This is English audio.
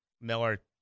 Miller